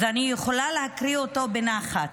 אז אני יכולה להקריא אותו בנחת.